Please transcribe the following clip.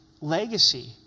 Legacy